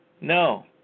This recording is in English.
No